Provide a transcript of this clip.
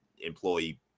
employee